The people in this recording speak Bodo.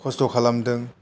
खस्थ' खालामदों